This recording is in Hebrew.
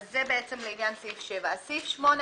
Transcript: זה לעניין סעיף 7. סעיף 8,